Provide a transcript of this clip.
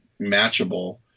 matchable